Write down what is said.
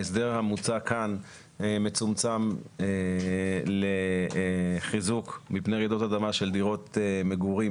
ההסדר המוצע כאן מצומצם לחיזוק מפני רעידות אדמה של דירות מגורים